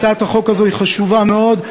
הצעת החוק הזאת חשובה מאוד,